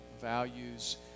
values